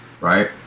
right